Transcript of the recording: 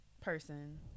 person